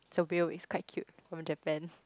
the bill is quite cute from Japan